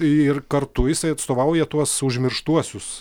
ir kartu jisai atstovauja tuos užmirštuosius